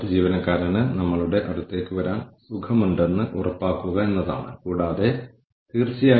ഈ വീക്ഷണകോണിൽ നിന്ന് നമ്മളുടെ ഉപഭോക്താക്കൾ ഞങ്ങളെ കുറിച്ച് എന്താണ് പറയുന്നത്